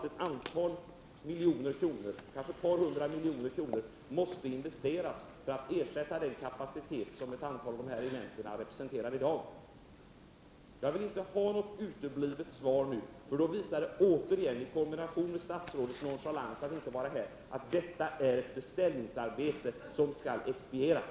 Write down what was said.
Ett antal miljoner kronor, kanske ett par hundra miljoner kronor, måste investeras för att ersätta den kapacitet som ett antal av de här regementena representerar i dag. Jag vill inte att svaret skall utebli. Det skulle i samverkan med statsrådets nonchalans återigen visa att detta beslut bara är ett beställningsarbete som skall expedieras.